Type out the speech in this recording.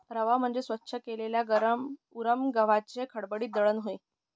रवा म्हणजे स्वच्छ केलेल्या उरम गव्हाचे खडबडीत दळण होय